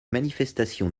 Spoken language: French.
manifestations